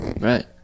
right